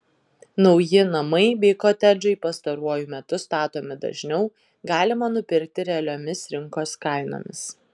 nauji namai bei kotedžai pastaruoju metu statomi dažniau galima nupirkti realiomis rinkos kainomis